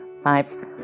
five